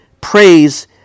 praise